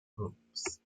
groups